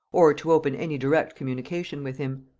or to open any direct communication with him.